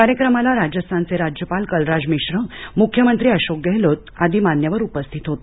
कार्यक्रमाला राजस्थानचे राज्यपाल कलराज मिश्र मुख्यमंत्री अशोक गहलोत आदी मान्यवर उपस्थित होते